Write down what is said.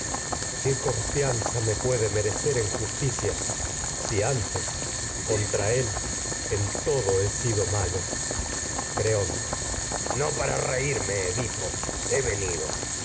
qué edipo rey confianza él me puede merecer en justicia si antes contra sido en todo he malo creonte no para reírme por edipo he venido